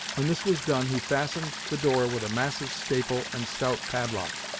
when this was done, he fastened the door with a massive staple and stout padlock.